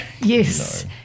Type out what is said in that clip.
yes